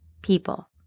people